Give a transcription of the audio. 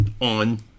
on